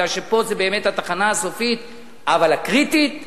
כי פה זו באמת התחנה הסופית אבל הקריטית.